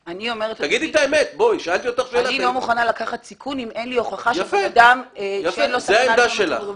אני לא מוכנה לקחת סיכון אם אין לי הוכחה -- זו העמדה שלך.